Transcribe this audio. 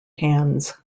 hands